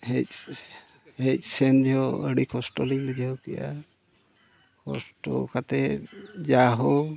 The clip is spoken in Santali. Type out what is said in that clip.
ᱦᱮᱡ ᱦᱮᱡ ᱥᱮᱱ ᱡᱚᱦᱚᱜ ᱟᱹᱰᱤ ᱠᱚᱥᱴᱚᱞᱤᱧ ᱵᱩᱡᱷᱟᱹᱣ ᱠᱮᱜᱼᱟ ᱠᱚᱥᱴᱚ ᱠᱟᱛᱮᱫ ᱡᱟᱭᱦᱳᱠ